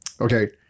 Okay